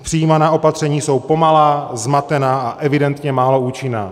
Přijímaná opatření jsou pomalá, zmatená a evidentně málo účinná.